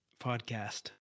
Podcast